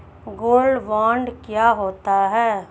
Gold bond क्या होता है?